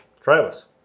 Travis